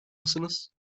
mısınız